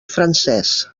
francès